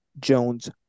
Jones